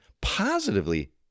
positively